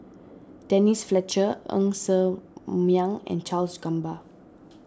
Denise Fletcher Ng Ser Miang and Charles Gamba